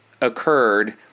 occurred